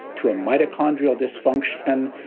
to a mitochondrial dysfunction.